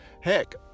Heck